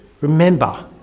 Remember